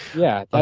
yeah, but